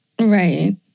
Right